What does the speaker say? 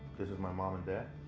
this is my mom and dad.